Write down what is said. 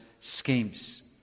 schemes